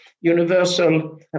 universal